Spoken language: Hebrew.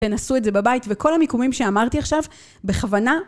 תנסו את זה בבית ובכל המיקומים שאמרתי עכשיו, בכוונה.